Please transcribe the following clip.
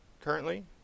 currently